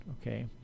Okay